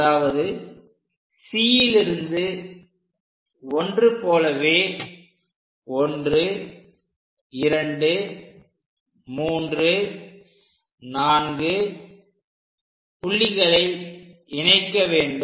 அதாவது Cலிருந்து 1 போலவே 1234 புள்ளிகளை இணைக்க வேண்டும்